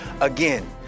Again